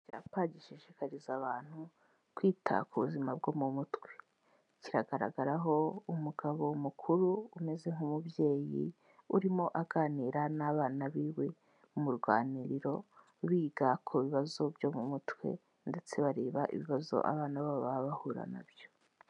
Icyapa bagishishikariza abantu kwita ku buzima bwo mu mutwe, kigaragaraho umugabo mukuru umeze nk'umubyeyi urimo aganira n'abana biwe mu ruganiriro biga ku bibazo byo mu mutwe ndetse bareba ibibazo abana babo baba bahura na byo.